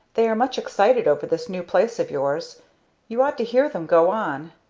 they are much excited over this new place of yours you ought to hear them go on!